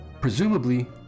presumably